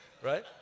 Right